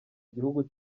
gihugu